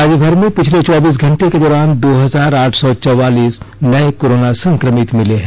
राज्यभर में पिछले चौबीस घंटे के दौरान दो हजार आठ सौ चौवालीस नए कोरोना संक्रमित मिले हैं